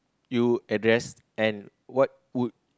you address and what would